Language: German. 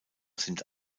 sind